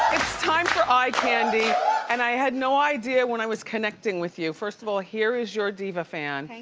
time for eye candy and i had no idea, when i was connecting with you. first of all, here is your diva fan.